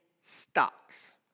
stocks